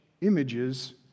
images